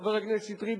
חבר הכנסת שטרית,